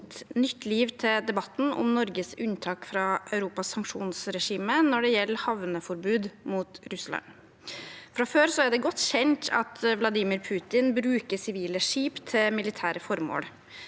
gitt nytt liv til debatten om Norges unntak fra Europas sanksjonsregime når det gjelder havneforbud mot Russland. Fra før av er det godt kjent at Vladimir Putin bruker sivile skip til militære formål,